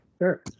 sure